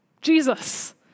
Jesus